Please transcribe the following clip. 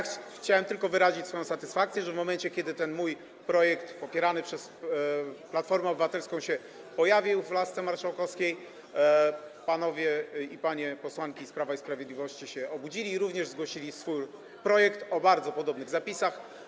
Chciałbym tylko wyrazić satysfakcję, że w momencie kiedy ten mój projekt, popierany przez Platformę Obywatelską, pojawił się w lasce marszałkowskiej, panowie i panie posłanki z Prawa i Sprawiedliwości się obudzili i również zgłosili swój projekt o bardzo podobnych zapisach.